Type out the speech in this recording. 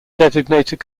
designated